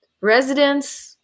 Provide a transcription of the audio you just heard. Residents